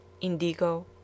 indigo